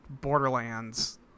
Borderlands